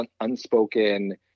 unspoken